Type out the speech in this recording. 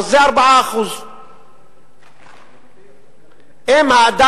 אז זה 4%. אם האדם,